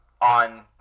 on